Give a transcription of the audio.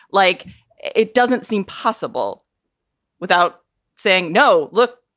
like it doesn't seem possible without saying no, look,